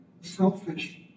selfish